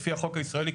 לפי החוק הישראלי,